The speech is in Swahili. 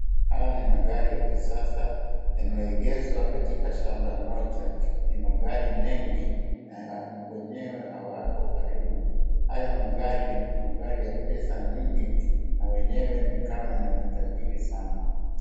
Haya ni magari ya kisasa yameegeshwa katika shamba moja. Ni magari mengi na wenyewe hawako karibu. Haya magari ni magari ya pesa mingi. Na wenyewe ni kama ni matajiri sana.